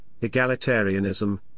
egalitarianism